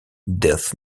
death